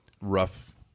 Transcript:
rough